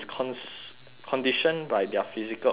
conditioned by their physical organisation